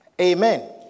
Amen